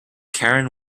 karen